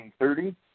1930